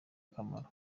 akamaro